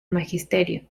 magisterio